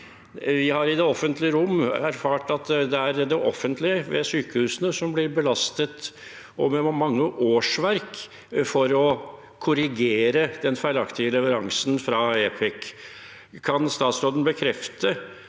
Vi har i det offentlige rom erfart at det er det offentlige, ved sykehusene, som blir belastet, og det går med mange årsverk for å korrigere den feilaktige leveransen fra Epic. Kan statsråden bekrefte